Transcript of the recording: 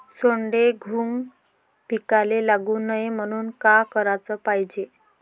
सोंडे, घुंग पिकाले लागू नये म्हनून का कराच पायजे?